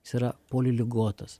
jis yra poli ligotas